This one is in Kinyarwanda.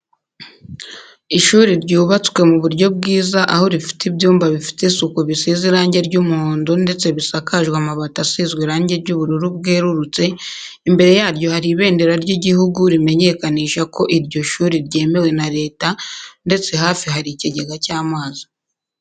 Ishuri ryubatswe mu buryo bwiza aho rifite ibyumba bifite isuku bisize irange ry'umuhondo ndetse bisakajwe amabati asizwe irange ry'ubururu bwerurutse, imbere yaryo hari ibendera ry'Igihugu rimenyekanisha ko iryo shuri ryemewe na Leta ndetse hafi hari ikigega cy'amazi.